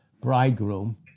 bridegroom